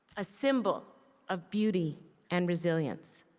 a symbol of beauty and resilience.